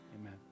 Amen